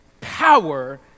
power